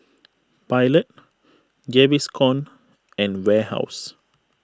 Pilot Gaviscon and Warehouse